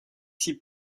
six